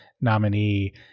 nominee